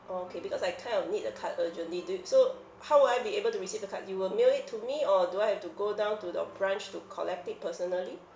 okay because I kind of need the card urgently do you so how would I be able to receive the card you will mail it to me or do I have to go down to the branch to collect it personally